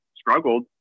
struggled